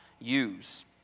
use